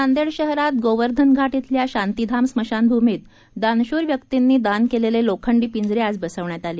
नांदेड शहरात गोवर्धन घाट ईथल्या शांतीधाम स्मशान भूमीत दानशूर व्यक्तीनी दान केलेले लोखंडी पिंजरे आज बसवण्यात आले